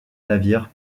navire